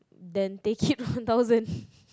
then take it one thousand